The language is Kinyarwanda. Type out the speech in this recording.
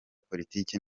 politiki